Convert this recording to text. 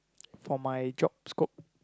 for my job scope